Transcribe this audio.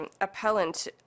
appellant